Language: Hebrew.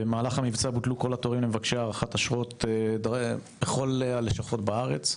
במהלך המבצע בוטלו כל התורים למבקשי הארכת אשרות בכל הלשכות בארץ,